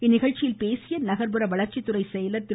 இந்நிகழ்ச்சியில் பேசிய நகர்ப்புற வளர்ச்சித்துறை செயலர் திரு